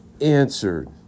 answered